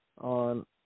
on